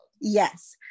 Yes